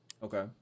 Okay